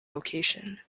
location